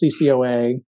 CCOA